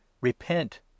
repent